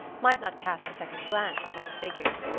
might not cast a second glance upon the figure.